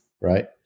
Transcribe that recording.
Right